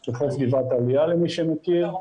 של חוף גבעת העלייה, למי שמכיר.